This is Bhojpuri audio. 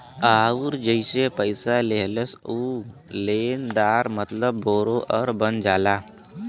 अउर जे पइसा लेहलस ऊ लेनदार मतलब बोरोअर बन जाला